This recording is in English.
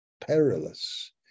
perilous